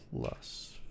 plus